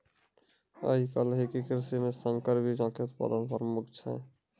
आइ काल्हि के कृषि मे संकर बीजो के उत्पादन प्रमुख छै